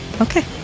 Okay